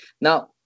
Now